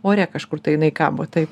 ore kažkur tai jinai kabo taip